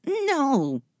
No